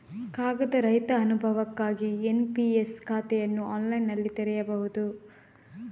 ಕಾಗದ ರಹಿತ ಅನುಭವಕ್ಕಾಗಿ ಎನ್.ಪಿ.ಎಸ್ ಖಾತೆಯನ್ನು ಆನ್ಲೈನಿನಲ್ಲಿ ತೆರೆಯಬಹುದು